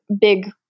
big